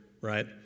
right